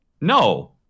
No